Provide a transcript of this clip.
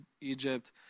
Egypt